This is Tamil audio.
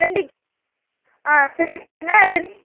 ரெண்டு ஆ சரி